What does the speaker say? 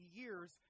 years